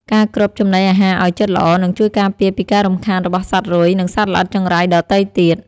ការគ្របចំណីអាហារឱ្យជិតល្អនឹងជួយការពារពីការរំខានរបស់សត្វរុយ និងសត្វល្អិតចង្រៃដទៃទៀត។